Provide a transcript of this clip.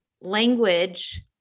language